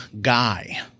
guy